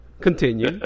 Continue